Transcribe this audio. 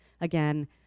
again